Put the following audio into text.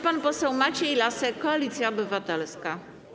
Pan poseł Maciej Lasek, Koalicja Obywatelska.